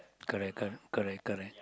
correct correct correct